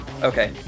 Okay